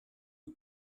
who